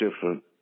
different